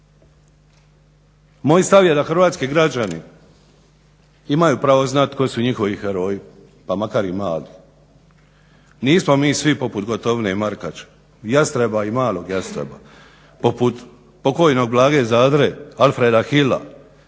Moj stav je da hrvatski građani imaju pravo znat tko su njihovi heroji, pa makar i mladi, nismo mi svi poput Gotovine i Markača, Jastreba i malog Jastreba poput pokojnog Blage Zadre, Alfreda Hila,